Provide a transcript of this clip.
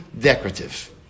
decorative